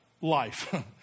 life